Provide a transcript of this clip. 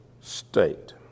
state